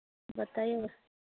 बताइएगा